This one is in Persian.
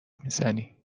میزنی